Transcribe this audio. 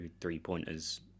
three-pointers